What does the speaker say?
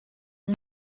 اون